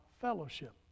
fellowship